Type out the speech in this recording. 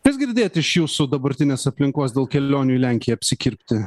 kas girdėt iš jūsų dabartinės aplinkos dėl kelionių į lenkiją apsikirpti